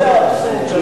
זה האבסורד.